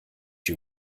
you